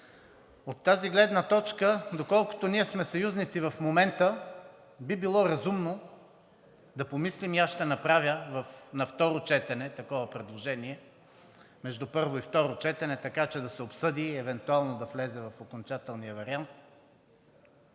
От тази гледна точка, доколкото ние сме съюзници в момента, би било разумно да помислим и аз ще направя такова предложение между първо и второ четене, така че да се обсъди, евентуално и да влезе в окончателния вариант